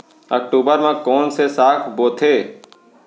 अक्टूबर मा कोन से साग बोथे?